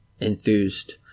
enthused –